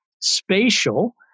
spatial